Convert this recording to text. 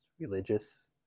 religious